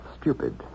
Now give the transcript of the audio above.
stupid